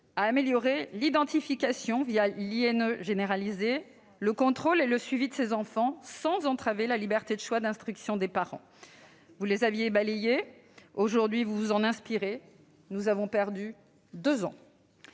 à améliorer l'identification l'identifiant national élève (INE) généralisé, le contrôle et le suivi de ces enfants, sans entraver la liberté de choix d'instruction des parents. Vous les aviez balayés et, aujourd'hui, vous vous en inspirez. Nous avons perdu deux ans.